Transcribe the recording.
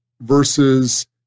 versus